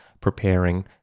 preparing